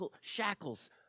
shackles